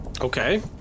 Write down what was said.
Okay